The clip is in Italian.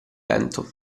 vento